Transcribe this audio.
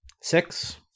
Six